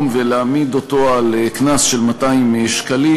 ולהעמיד אותו על קנס של 200 שקלים.